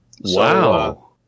Wow